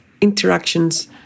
interactions